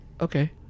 Okay